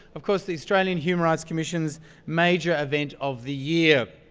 of course, the australian human rights commission's major event of the year.